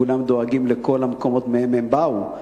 כולם דואגים לכל המקומות שמהם הם באו.